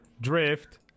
drift